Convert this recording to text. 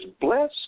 bless